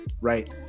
right